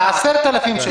על ה-10,00 שקלים.